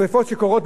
את המשפחות,